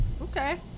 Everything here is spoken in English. okay